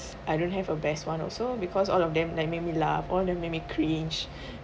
I don't have a best one also because all of them like made me laugh all them made me cringe